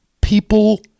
people